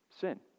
Sin